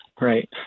right